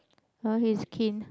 orh he's keen